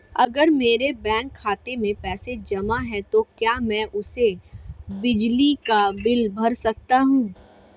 अगर मेरे बैंक खाते में पैसे जमा है तो क्या मैं उसे बिजली का बिल भर सकता हूं?